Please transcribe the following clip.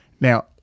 now